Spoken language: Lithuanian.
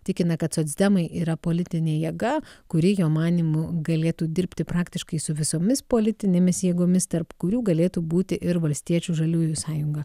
tikina kad socdemai yra politinė jėga kuri jo manymu galėtų dirbti praktiškai su visomis politinėmis jėgomis tarp kurių galėtų būti ir valstiečių žaliųjų sąjunga